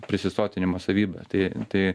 persisotinimo savybę tai tai